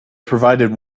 provided